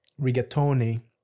rigatoni